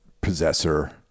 possessor